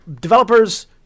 developers